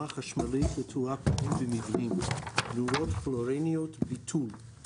חשמלית לתאורת פנים במבנים) (נורות פלואורניות) (ביטול),